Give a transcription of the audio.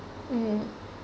mm